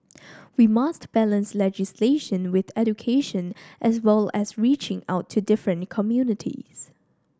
we must balance legislation with education as well as reaching out to different communities